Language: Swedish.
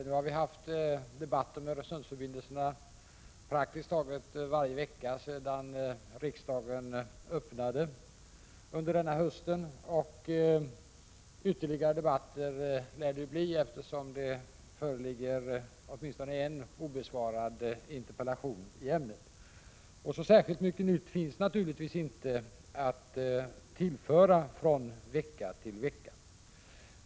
Nu har vi haft debatt om Öresundsförbindelserna praktiskt taget varje vecka sedan riksdagen öppnades denna höst, och ytterligare debatter lär det bli, eftersom det föreligger åtminstone en obesvarad interpellation i ämnet. Så särskilt mycket nytt finns naturligtvis inte att anföra från vecka till vecka.